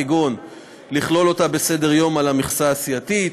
כמו לכלול אותה בסדר-היום על המכסה הסיעתית,